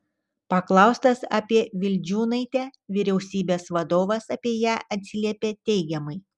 paklaustas apie vildžiūnaitę vyriausybės vadovas apie ją atsiliepė teigiamai